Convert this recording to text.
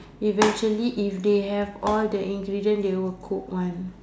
eventually if they have all the ingredient they will cook [one]